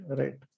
right